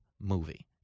movie